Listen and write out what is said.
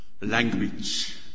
language